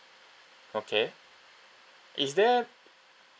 okay is there